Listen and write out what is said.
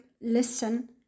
listen